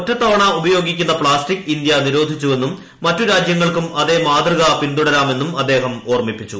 ഒറ്റത്തവണ ഉപയോഗിക്കുന്ന plastic India നിരോധിച്ചുവെന്നും മറ്റു രാജ്യങ്ങൾക്കും അതേ മാതൃക പിന്തുടരാമെന്നും അദ്ദേഹം ഓർമ്മിപ്പിച്ചു